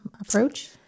approach